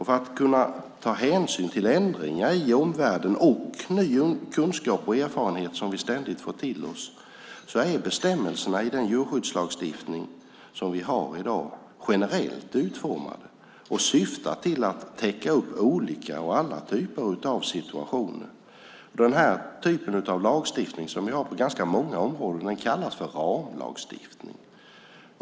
För att ta hänsyn till ändringar i omvärlden och ny kunskap och erfarenhet som vi ständigt får är bestämmelserna i den djurskyddslagstiftning som vi har i dag generellt utformade. De syftar till att täcka upp olyckor och andra typer av situationer. Den typen av lagstiftning som vi har på ganska många områden kallas för ramlagstiftning.